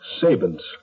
Sabin's